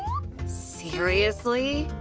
seriously?